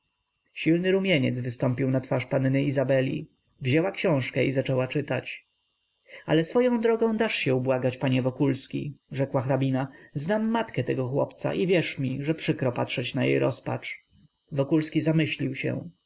silny rumieniec wystąpił na twarz panny izabeli wzięła książkę i zaczęła czytać ale swoją drogą dasz się ubłagać panie wokulski rzekła hrabina znam matkę tego chłopca i wierz mi że przykro patrzeć na jej rozpacz wokulski zamyślił się